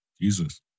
Jesus